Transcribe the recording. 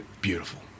Beautiful